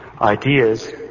Ideas